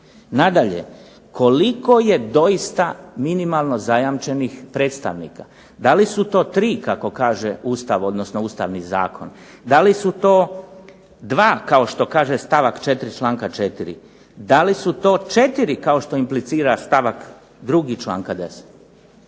Nadalje, koliko je doista minimalno zajamčenih predstavnika? Da li su to tri kako kaže Ustavni zakon? Da li su to dva kao što kaže stavak 4. članka 4.? Da li su to 4 kao što implicira stavak 2. članka 10.?